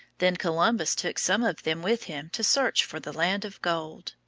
then columbus took some of them with him to search for the land of gold.